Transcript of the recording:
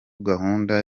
gahunda